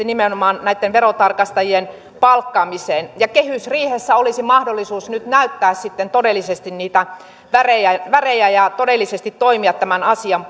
nimenomaan verotarkastajien palkkaamiseen kehysriihessä olisi mahdollisuus nyt näyttää sitten todellisesti niitä värejä ja värejä ja todellisesti toimia tämän asian